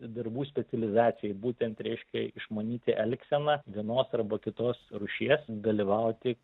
darbų specializacijai būtent reiškia išmanyti elgseną vienos arba kitos rūšies dalyvauti